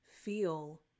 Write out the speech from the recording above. feel